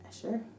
Sure